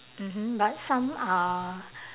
mmhmm but some uh